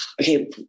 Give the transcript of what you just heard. okay